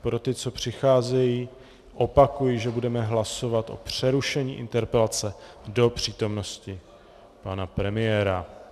Pro ty, co přicházejí, opakuji, že budeme hlasovat o přerušení interpelace do přítomnosti pana premiéra.